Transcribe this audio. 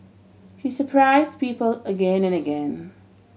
he surprise people again and again